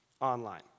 online